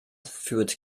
führt